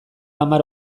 hamar